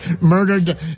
murdered